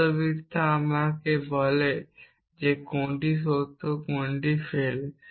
শব্দার্থবিদ্যা আমাকে বলে যে কোনটি সত্য এবং কোনটি ফেল